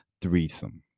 threesome